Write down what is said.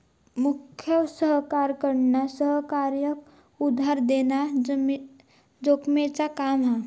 मुख्य सहकार्याकडना सहकार्याक उधार देना जोखमेचा काम हा